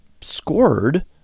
scored